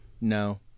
no